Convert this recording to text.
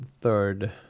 third